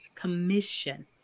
commission